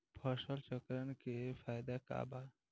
फसल चक्रण के फायदा का बा?